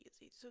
easy